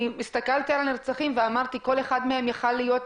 הסתכלתי על הנרצחים וחשבתי שכל אחד מהם יכול היה להיות